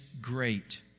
great